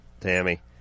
tammy